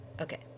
okay